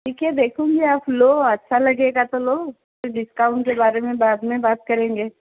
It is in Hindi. ठीक है देखूँगी आप लो अच्छा लगेगा तो लो डिस्काउन्ट के बारे में बाद में बात करेंगे